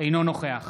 אינו נוכח